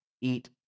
eat